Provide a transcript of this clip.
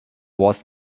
was